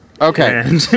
Okay